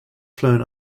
flown